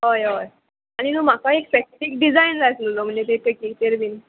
हय हय आनी न्हू म्हाका एक स्पेसिफीक डिजायन जाय आसललो म्हणजे ते पॅकिचेर बीन